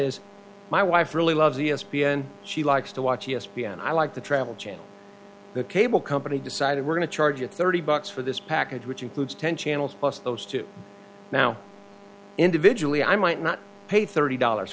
is my wife really loves e s p n she likes to watch e s p n i like the travel channel the cable company decided we're going to charge a thirty bucks for this package which includes ten channels plus those two now individually i might not pay thirty dollars